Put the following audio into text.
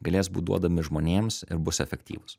galės būt duodami žmonėms ir bus efektyvūs